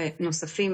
בנוסף,